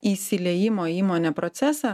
įsiliejimo į įmonę procesą